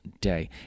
day